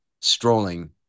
strolling